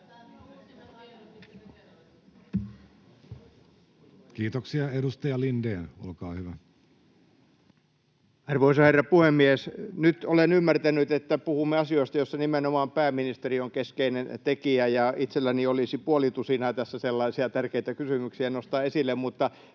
Kiitoksia. — Edustaja Lindén, olkaa hyvä. Arvoisa herra puhemies! Nyt olen ymmärtänyt, että puhumme asioista, joissa nimenomaan pääministeri on keskeinen tekijä. Itselläni olisi tässä puoli tusinaa tärkeitä kysymyksiä nostaa esille, mutta